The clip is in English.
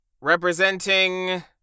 representing